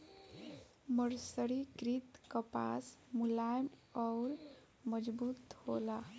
मर्सरीकृत कपास मुलायम अउर मजबूत होला